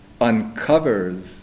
uncovers